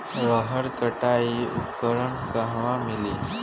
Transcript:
रहर कटाई उपकरण कहवा मिली?